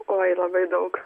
oi labai daug